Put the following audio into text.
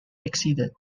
exceeded